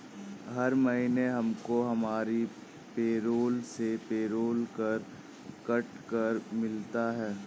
हर महीने हमको हमारी पेरोल से पेरोल कर कट कर मिलता है